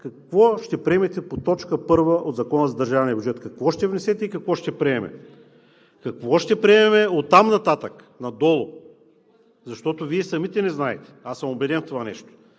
какво ще приемете по т. 1 от Закона за държавния бюджет? Какво ще внесете и какво ще приемете? Какво ще приемем оттам нататък – надолу, защото Вие самите не знаете. Аз съм убеден в това нещо.